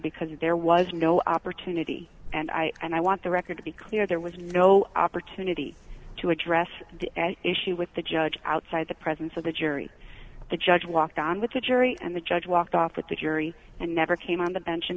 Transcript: because there was no opportunity and i and i want the record to be clear there was no opportunity to address the issue with the judge outside the presence of the jury the judge walked on with the jury and the judge walked off with the jury and never came on the bench